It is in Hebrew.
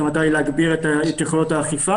שהמטרה היא להגביר את יכולות האכיפה.